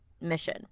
mission